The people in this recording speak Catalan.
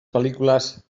pel·lícules